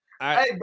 hey